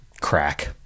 crack